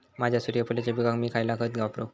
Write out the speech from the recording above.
माझ्या सूर्यफुलाच्या पिकाक मी खयला खत वापरू?